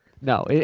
No